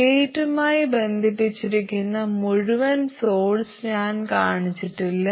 ഗേറ്റുമായി ബന്ധിപ്പിച്ചിരിക്കുന്ന മുഴുവൻ സോഴ്സ് ഞാൻ കാണിച്ചിട്ടില്ല